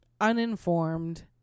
uninformed